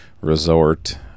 resort